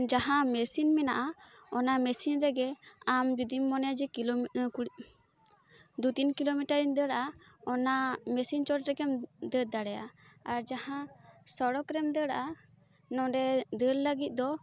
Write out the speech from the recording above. ᱡᱟᱦᱟᱸ ᱢᱮᱥᱤᱱ ᱢᱮᱱᱟᱜᱼᱟ ᱚᱱᱟ ᱢᱮᱥᱤᱱ ᱨᱮᱜᱮ ᱟᱢ ᱡᱩᱫᱤᱢ ᱢᱚᱱᱮᱭᱟ ᱠᱤᱞᱳ ᱠᱩᱲᱤ ᱫᱩ ᱛᱤᱱ ᱠᱤᱞᱳ ᱢᱤᱴᱟᱨᱤᱧ ᱫᱟᱹᱲᱟᱜᱼᱟ ᱚᱱᱟ ᱢᱮᱥᱤᱱ ᱪᱚᱴ ᱨᱮᱜᱮᱢ ᱫᱟᱹᱲ ᱫᱟᱲᱮᱭᱟᱜᱼᱟ ᱟᱨ ᱡᱟᱦᱟᱸ ᱥᱚᱲᱚᱠ ᱨᱮᱢ ᱫᱟᱹᱲᱟᱜᱼᱟ ᱱᱚᱰᱮ ᱫᱟᱹᱲ ᱞᱟ ᱜᱤᱫ ᱫᱚ